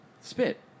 Spit